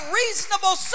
reasonable